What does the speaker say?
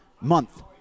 month